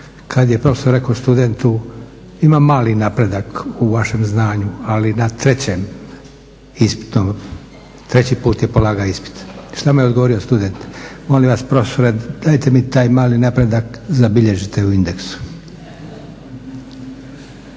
Kad je profesor rekao studentu, imam mali napredak u vašem znanju, ali na trećem ispitu, treći puta je polagao ispit. Što mu je odgovorio student? Molim vas profesore, dajte mi taj mali napredak zabilježite u indexu.